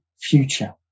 future